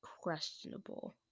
questionable